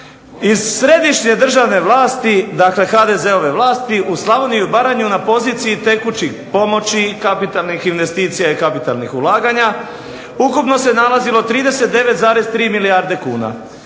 iz središnje državne vlasti, dakle HDZ-ove vlasti u Slavoniju i Baranju na poziciji tekućih pomoći, kapitalnih investicija i kapitalnih ulaganja ukupno se nalazilo 39,3 milijarde kuna.